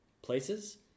places